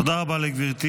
תודה רבה לגברתי.